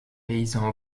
paysan